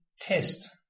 test